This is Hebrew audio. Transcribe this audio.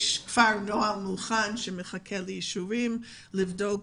יש כבר נוהל מוכן שמחכה לאישורים על מנת לבדוק